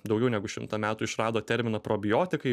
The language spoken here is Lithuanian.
daugiau negu šimtą metų išrado terminą probiotikai